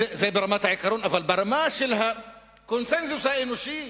זה ברמת העיקרון, אבל ברמת הקונסנזוס האנושי,